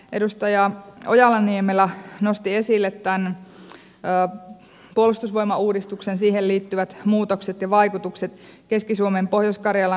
edustaja ojala niemelä nosti esille tä män puolustusvoimauudistuksen siihen liittyvät muutokset ja vaikutukset keski suomen pohjois karjalan hankkeet